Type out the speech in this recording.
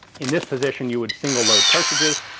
in this position you would single load cartridges,